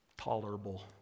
Tolerable